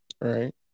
Right